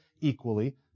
equally